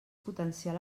potenciar